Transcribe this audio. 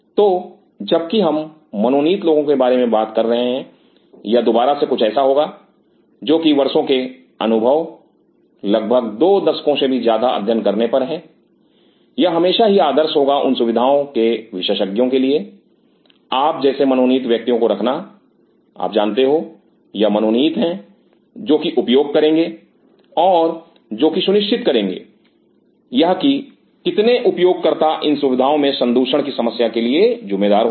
तो जबकि हम मनोनीत लोगों के बारे में बात कर रहे हैं यह दोबारा से कुछ ऐसा है जोकि वर्षों के अनुभव लगभग दो दशकों से भी ज्यादा अध्ययन करने पर है यह हमेशा ही आदर्श होगा उन सुविधाओं के विशेषज्ञों के लिए आप जैसे मनोनीत व्यक्तियों को रखना आप जानते हो यह मनोनीत है जो कि उपयोग करेंगे और जो कि सुनिश्चित करेंगे यह की कितने उपयोगकर्ता इन सुविधाओं में संदूषण की समस्या के लिए जिम्मेदार होंगे